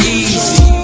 easy